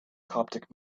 coptic